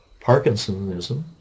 Parkinsonism